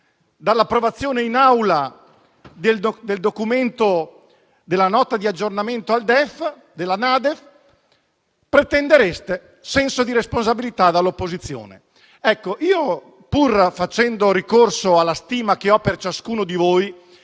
dall'approvazione in Aula della Nota di aggiornamento al DEF, pretendereste senso di responsabilità dall'opposizione.